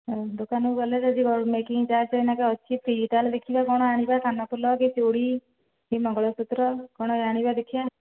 ଦୋକାନକୁ ଗଲେ ଯଦି ମେକିଙ୍ଗ୍ ଚାର୍ଜ୍ ଏଇନାକ ଅଛି ଫ୍ରି ତା'ହେଲେ ଦେଖିବା କ'ଣ ଆଣିବା କାନଫୁଲ କି ଚୁଡ଼ି କି ମଙ୍ଗଳସୂତ୍ର କ'ଣ ଆଣିବା ଦେଖିବା